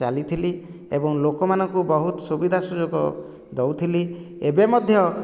ଚାଲିଥିଲି ଏବଂ ଲୋକମାନଙ୍କୁ ବହୁତ ସୁବିଧା ସୁଯୋଗ ଦେଉଥିଲି ଏବେ ମଧ୍ୟ